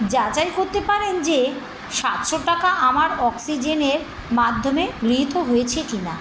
যাচাই করতে পারেন যে সাতশো টাকা আমার অক্সিজেনের মাধ্যমে গৃহীত হয়েছে কি না